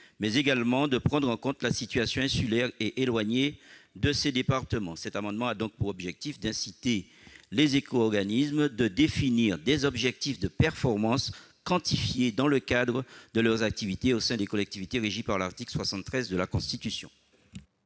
mais également de prendre en compte la situation insulaire et éloignée de ces départements. Mon amendement a donc pour objet d'inciter les éco-organismes à définir des objectifs de performance quantifiés dans le cadre de leurs activités au sein des collectivités régies par l'article 73 de la Constitution.